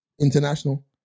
international